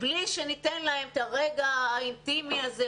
בלי שניתן להם את הרגע האינטימי הזה,